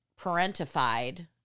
parentified